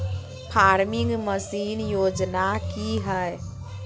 Farming machine योजना कि हैय?